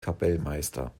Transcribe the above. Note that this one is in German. kapellmeister